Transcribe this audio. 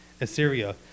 Assyria